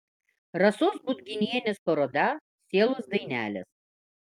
rasos budginienės paroda sielos dainelės